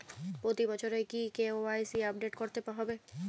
প্রতি বছরই কি কে.ওয়াই.সি আপডেট করতে হবে?